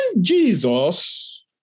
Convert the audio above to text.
Jesus